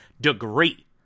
degree